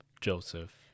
Joseph